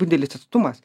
didelis atstumas